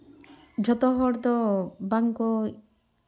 ᱡᱚᱛᱚᱦᱚᱲ ᱫᱚ ᱵᱟᱝᱠᱚ